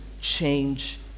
change